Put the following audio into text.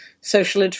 social